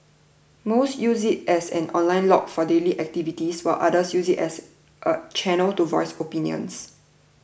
most use it as an online log for daily activities while others use it as a channel to voice opinions